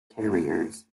carriers